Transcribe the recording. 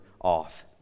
off